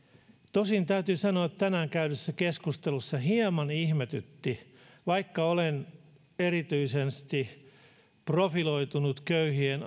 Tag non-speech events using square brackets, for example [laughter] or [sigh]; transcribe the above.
tosin täytyy sanoa että tänään käydyssä keskustelussa hieman ihmetytti vaikka olen erityisesti profiloitunut köyhien [unintelligible]